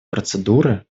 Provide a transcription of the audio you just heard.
процедуры